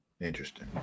Interesting